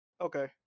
Okay